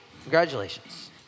Congratulations